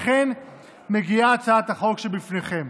לכן מגיעה הצעת החוק שבפניכם.